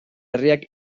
herriak